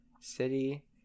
city